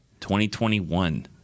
2021